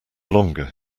longer